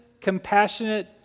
compassionate